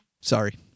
Sorry